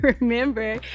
remember